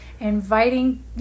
inviting